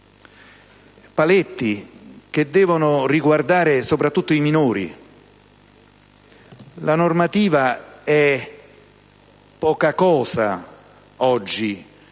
paletti devono riguardare soprattutto i minori, poiché la normativa è poca cosa oggi